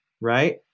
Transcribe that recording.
right